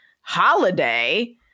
holiday